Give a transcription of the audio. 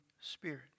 Spirit